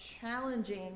challenging